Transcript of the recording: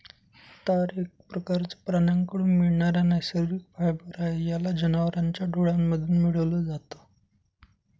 तार एक प्रकारचं प्राण्यांकडून मिळणारा नैसर्गिक फायबर आहे, याला जनावरांच्या डोळ्यांमधून मिळवल जात